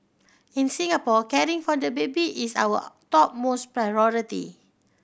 in Singapore caring for the baby is our topmost priority